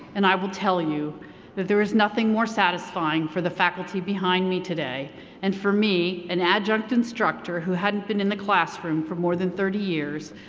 and i will tell you that there is nothing more satisfying for the faculty behind me today and for me, an adjunct instructor who hadn't been in a classroom for more than thirty years,